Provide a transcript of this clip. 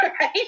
right